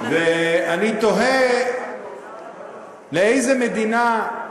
ואני תוהה לאיזו מדינה,